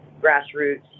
grassroots